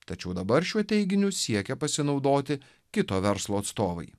tačiau dabar šiuo teiginiu siekia pasinaudoti kito verslo atstovai